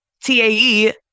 TAE